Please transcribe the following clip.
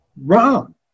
wrong